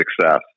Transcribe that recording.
success